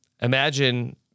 Imagine